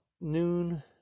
noon